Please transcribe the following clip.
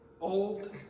old